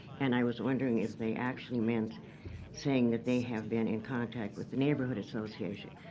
and i was wondering if they actually meant saying that they have been in contact with the neighborhood association.